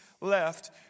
left